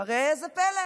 וראה זה פלא,